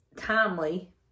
timely